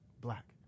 Black